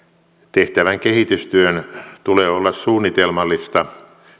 tehtävän kehitystyön tulee olla suunnitelmallista